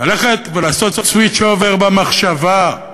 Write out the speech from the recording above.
ללכת ולעשות switch-over במחשבה,